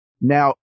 Now